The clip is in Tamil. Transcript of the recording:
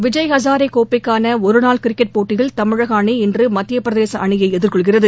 விஜய் ஹசாரே கோப்பைக்கான ஒருநாள் கிரிக்கெட் போட்டியில் தமிழக அணி இன்று மத்திய பிரதேச அணியை எதிர்கொள்கிறது